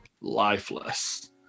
lifeless